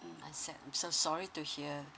so sorry to hear